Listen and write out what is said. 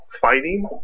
fighting